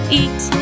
eat